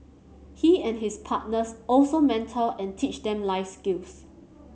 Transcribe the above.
he and his partners also mentor and teach them life skills